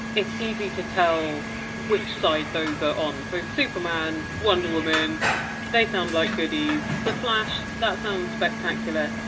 it's easy to tell which side those are on. so superman, wonder woman they sound like goodies. the flash that sounds spectacular.